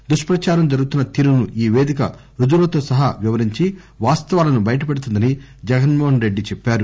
ఈ దుష్పచారం జరుగుతున్న తీరును ఈ వేదిక రుజువులతో సహా వివరించి వాస్తవాలను బయటపెడుతుందని జగన్మో హస్ రెడ్డి చెప్పారు